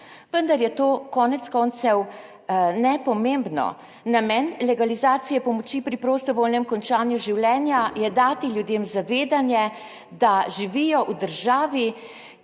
vendar je to konec koncev nepomembno, namen legalizacije pomoči pri prostovoljnem končanju življenja je dati ljudem zavedanje, da živijo v državi,